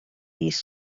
these